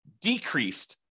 decreased